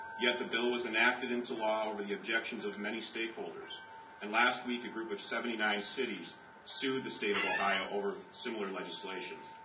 yet the bill was enacted into law over the objections of many stakeholders did and last week a group of seventy nine cities sue the state of ohio over similar legislation.